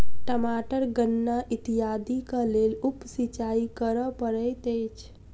टमाटर गन्ना इत्यादिक लेल उप सिचाई करअ पड़ैत अछि